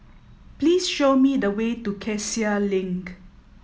please show me the way to Cassia Link